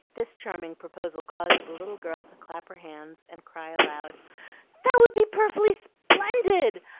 this charming proposal caused the little girl to clasp her hands and cry aloud that would be perfully sp'endid!